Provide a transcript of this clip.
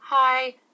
Hi